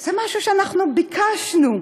זה משהו שאנחנו ביקשנו.